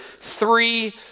three